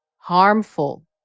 Harmful